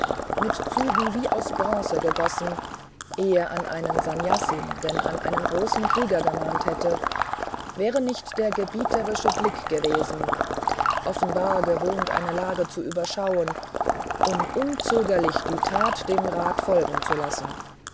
mit zügen wie in bronze gegossen eher an einen sannyasin denn an einen großen krieger gemahnt hätte wäre nicht der gebieterische blick dagewesen offenbar gewohnt eine lage zu überschauen um unzögerlich die tat dem rat folgen zu lassen